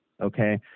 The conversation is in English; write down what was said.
Okay